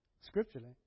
scripturally